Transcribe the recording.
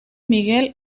miguel